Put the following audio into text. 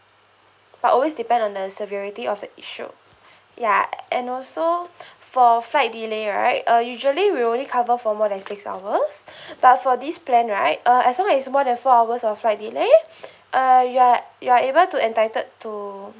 but always depend on the severity of the issue ya and also for flight delay right uh usually we only cover for more than six hours but for this plan right uh as long as is more than four hours of flight delay uh you are you are able to entitled to